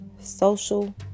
social